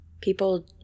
People